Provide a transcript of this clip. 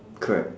correct